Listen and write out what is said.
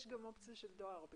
חשבתי שיש אופציה של דואר.